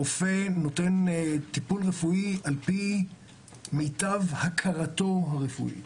רופא נותן טיפול רפואי על פי מיטב הכרתו הרפואית,